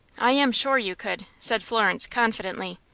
i am sure you could, said florence, confidently.